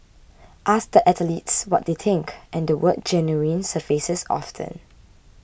ask the athletes what they think and the word genuine surfaces often